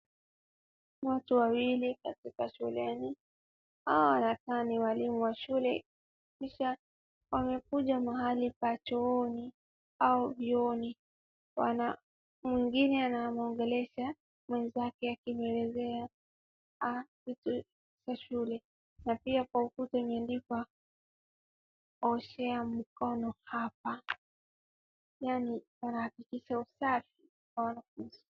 Watu wawili katika shuleni. Hawa wanakaa ni walimu wa shule kisha wamekuja mahali pa chooni au vyooni. Na mwingine anamwongelesha mwenzake akimwelezea vitu za shule. Na pia kwa ukuta imeandikwa oshea mkono hapa. Yaani anahakikisha usafi kwa wanafunzi.